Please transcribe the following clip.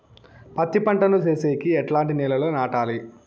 పత్తి పంట ను సేసేకి ఎట్లాంటి నేలలో నాటాలి?